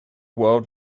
world